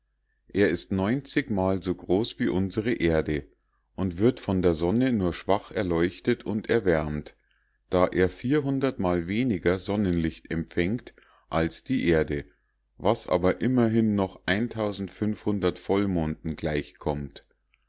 er ist mal so groß wie unsere erde und wird von der sonne nur schwach erleuchtet und erwärmt da er mal weniger sonnenlicht empfängt als die erde was aber immerhin noch vollmonden